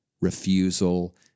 refusal